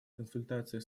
консультации